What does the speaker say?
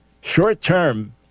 Short-term